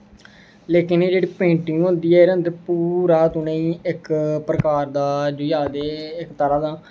लेकिन एह् जेह्ड़ी पेंटिंग होंदी ऐ एह्दे अन्दर पूरा तुसें गी इक प्रकार दा जिसी आखदे इक तरहां दा